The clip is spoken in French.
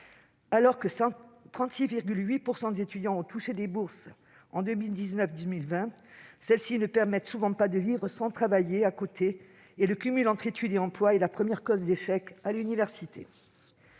seulement 36,8 % des étudiants ont touché des bourses sur l'année scolaire 2019-2020, celles-ci ne permettent souvent pas de vivre sans travailler à côté. Or le cumul entre études et emploi est la première cause d'échec à l'université.